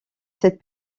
cette